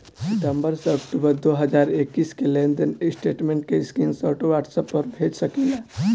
सितंबर से अक्टूबर दो हज़ार इक्कीस के लेनदेन स्टेटमेंट के स्क्रीनशाट व्हाट्सएप पर भेज सकीला?